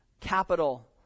capital